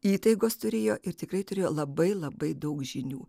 įtaigos turėjo ir tikrai turėjo labai labai daug žinių